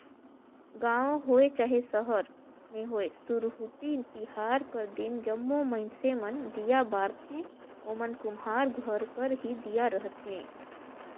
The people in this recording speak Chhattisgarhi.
गाँव होए चहे सहर में होए सुरहुती तिहार कर दिन जम्मो मइनसे मन दीया बारथें ओमन कुम्हार घर कर ही दीया रहथें